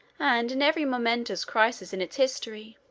and in every momentous crisis in its history.